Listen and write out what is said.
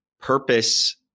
purpose